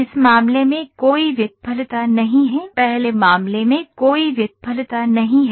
इस मामले में कोई विफलता नहीं है पहले मामले में कोई विफलता नहीं है